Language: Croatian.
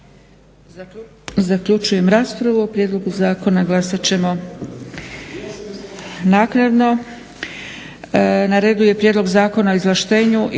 Zaključujem raspravu. O prijedlogu zakona glasat ćemo naknadno.